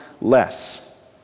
less